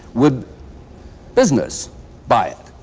would business buy it?